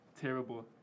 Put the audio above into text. terrible